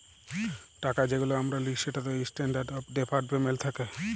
টাকা যেগুলা আমরা লিই সেটতে ইসট্যান্ডারড অফ ডেফার্ড পেমেল্ট থ্যাকে